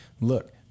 look